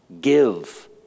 Give